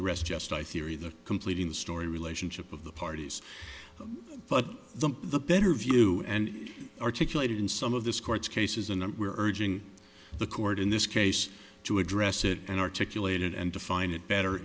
the rest just i theory the completing the story relationship of the parties but the better view and articulated in some of this court's cases and we're urging the court in this case to address it and articulate it and define it better